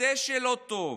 הדשא לא טוב,